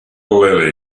lily